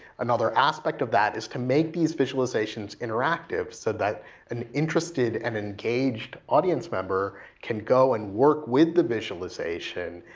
another aspect of that is to make these visualizations interactive, so that an interested and engaged audience member can go and work with the visualization.